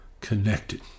connected